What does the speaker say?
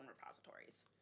repositories